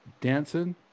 Dancing